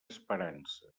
esperança